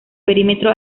perímetro